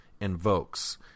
invokes